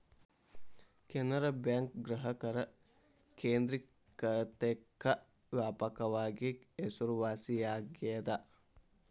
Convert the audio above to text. Canara Bank ಗ್ರಾಹಕರ ಕೇಂದ್ರಿಕತೆಕ್ಕ ವ್ಯಾಪಕವಾಗಿ ಹೆಸರುವಾಸಿಯಾಗೆದ